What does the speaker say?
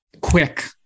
quick